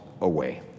away